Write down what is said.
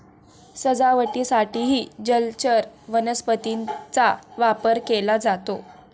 सजावटीसाठीही जलचर वनस्पतींचा वापर केला जातो